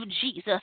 jesus